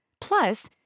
Plus